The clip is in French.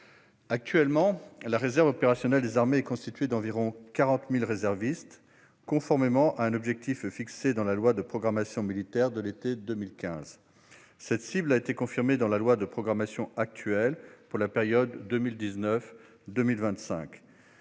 Actuellement, la réserve opérationnelle des armées est constituée d'environ 40 000 réservistes, conformément à un objectif fixé dans la loi de programmation militaire de l'été 2015. Cette cible a été confirmée dans la loi de programmation actuelle pour la période 2019-2025.